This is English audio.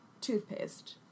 Toothpaste